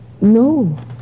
no